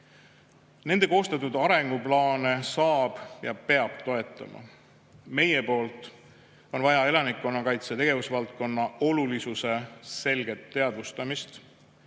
Nende koostatud arenguplaane saab toetada ja peab toetama. Meie poolt on vaja elanikkonnakaitse tegevusvaldkonna olulisuse selget teadvustamist,